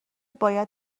باید